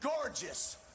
gorgeous